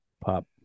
pop